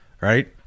right